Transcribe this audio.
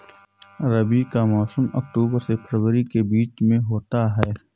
रबी का मौसम अक्टूबर से फरवरी के बीच में होता है